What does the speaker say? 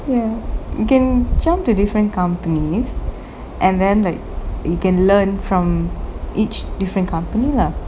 ya you can jump to different companies and then like you can learn from each different company lah